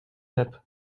heb